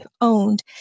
owned